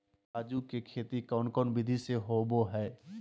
काजू के खेती कौन कौन विधि से होबो हय?